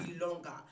longer